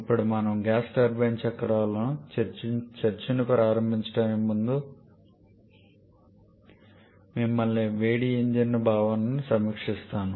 ఇప్పుడు మనము gas turbine చక్రాలపై చర్చను ప్రారంభించడానికి ముందు మిమ్మల్ని వేడి ఇంజిన్ల భావనను సమీక్షిస్తాను